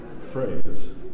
phrase